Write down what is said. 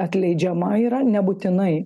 atleidžiama yra nebūtinai